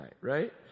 right